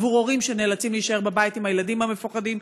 עבור הורים שנאלצים להישאר בבית עם הילדים המפוחדים,